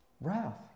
Wrath